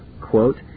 quote